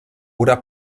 oder